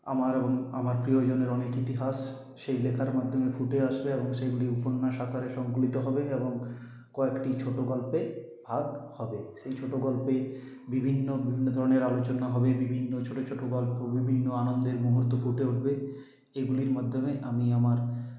আমার এবং আমার প্রিয়জনের অনেক ইতিহাস সেই লেখার মাধ্যমে ফুটে আসবে এবং সেগুলি উপন্যাস আকারে সংকলিত হবে এবং কয়েকটি ছোট গল্পে ভাগ হবে সেই ছোট গল্পে বিভিন্ন বিভিন্ন ধরনের আলোচনা হবে বিভিন্ন ছোট ছোট গল্প বিভিন্ন আনন্দের মুহূর্ত ফুটে উঠবে এগুলির মাধ্যমে আমি আমার